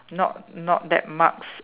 not not that marks